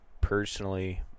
personally